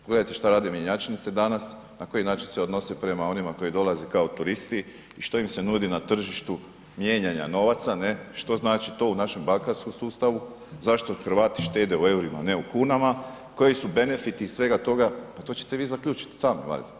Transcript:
Pogledajte šta rade mjenjačnice danas, na koji način se odnose prema onima koji dolaze kao turisti i što im se nudi na tržištu mijenjanja novaca, što znači to u našem bankarskom sustavu, zašto Hrvati štede u eurima a ne u kunama, koji su benefiti svega toga, pa to ćete vi zaključiti sami valjda.